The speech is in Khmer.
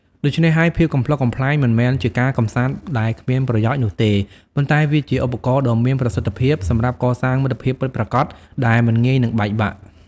ដូច្នេះហើយ ភាពកំប្លុកកំប្លែងមិនមែនជាការកម្សាន្តដែលគ្មានប្រយោជន៍នោះទេ ប៉ុន្តែវាជាឧបករណ៍ដ៏មានប្រសិទ្ធភាពសម្រាប់កសាងមិត្តភាពពិតប្រាកដដែលមិនងាយនឹងបែកបាក់។